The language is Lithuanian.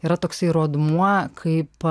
yra toksai rodmuo kaip